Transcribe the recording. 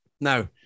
now